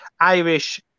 irish